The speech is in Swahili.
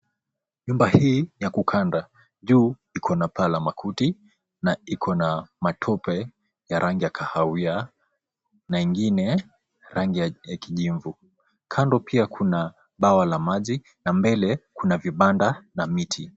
Nyumba hii ni ya kukanda. Juu iko na paa la makuti, na iko na matupe ya rangi ya kahawia na ingine rangi ya kijivu. Kando pia, kuna bwawa la maji, na mbele kuna vibanda na miti.